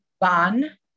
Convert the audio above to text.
ban